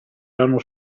erano